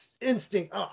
instinct